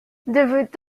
devait